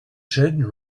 said